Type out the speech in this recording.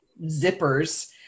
zippers